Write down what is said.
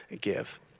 give